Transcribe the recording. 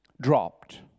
dropped